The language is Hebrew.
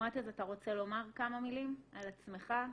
מועתז אתה רוצה לומר כמה מילים על עצמך?